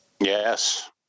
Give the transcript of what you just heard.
Yes